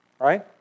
right